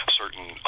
certain